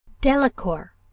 Delacour